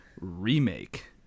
Remake